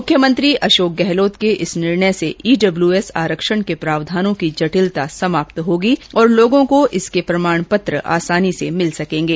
मुख्यमंत्री अशोक गहलोत के इस निर्णय से ईडब्ल्यूएस आरक्षण के प्रावधानों की जटिलता समाप्त होगी और लोगों को इसके प्रमाण पत्र आसानी से मिल सकेंगे